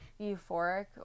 euphoric